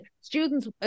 Students